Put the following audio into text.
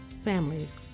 families